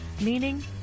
meaning